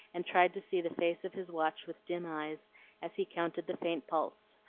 and tried to see the face of his watch with dim eyes as he counted the faint pulse,